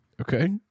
Okay